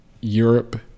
Europe